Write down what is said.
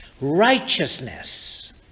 Righteousness